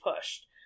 pushed